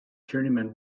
journeyman